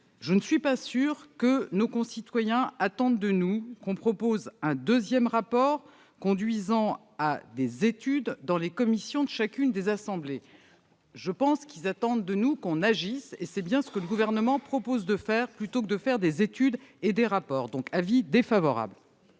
Je ne suis pas certaine que nos concitoyens attendent de nous que l'on propose un deuxième rapport conduisant à des études dans les commissions de chacune des assemblées. Ils attendent de nous que l'on agisse, et c'est bien ce que le Gouvernement se propose de faire, plutôt que de multiplier les études et les rapports. Aussi, l'avis est défavorable.